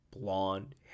blonde